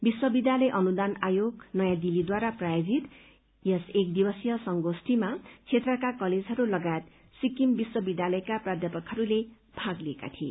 विश्वविद्यालय अनुदान आयोग नयाँ दिल्लीद्वारा प्रायोजित यस एक दिवसीय संगोष्ठीमा क्षेत्रका कलेजहरू लगायत सिक्किम विद्यालयका प्राध्यापकहरूले भाग लिए